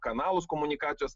kanalus komunikacijos